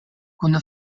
kun